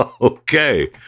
Okay